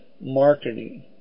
marketing